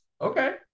Okay